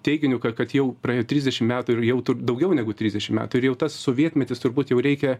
teiginiu kad jau praėjo trisdešim metų ir jau daugiau negu trisdešim metų ir jau tas sovietmetis turbūt jau reikia